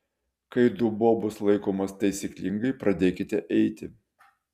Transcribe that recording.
kai dubuo bus laikomas taisyklingai pradėkite eiti